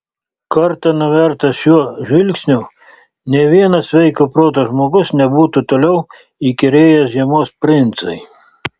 kartą nuvertas šiuo žvilgsniu nė vienas sveiko proto žmogus nebūtų toliau įkyrėjęs žiemos princui